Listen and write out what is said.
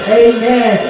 amen